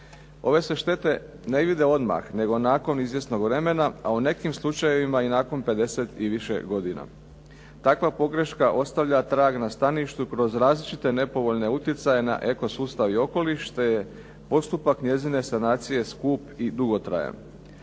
Ove se štete ne vide odmah, nego nakon izvjesnog vremena, a u nekim slučajevima i nakon 50 i više godina. Takva pogreška ostavlja trag na staništu kroz različite nepovoljne utjecaje na eko sustav i okoliš te je postupak njezine sanacije skup i dugotrajan.